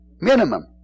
Minimum